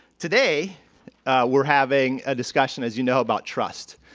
today we're having a discussion as you know about trust.